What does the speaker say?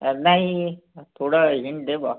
अरे नाही थोडा हिंट दे बुवा